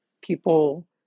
people